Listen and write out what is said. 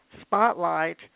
spotlight